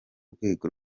rwego